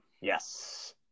Yes